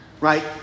right